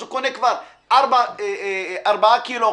אז הוא קונה כבר ארבעה קילו,